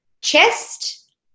chest